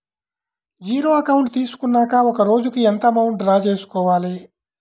Zero account తీసుకున్నాక ఒక రోజుకి ఎంత అమౌంట్ డ్రా చేసుకోవాలి?